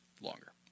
longer